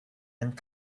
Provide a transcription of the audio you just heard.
and